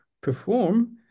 perform